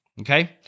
Okay